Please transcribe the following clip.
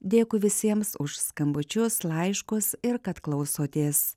dėkui visiems už skambučius laiškus ir kad klausotės